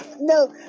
No